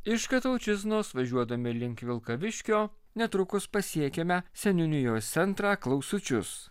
iš kataučiznos važiuodami link vilkaviškio netrukus pasiekiame seniūnijos centrą klausučius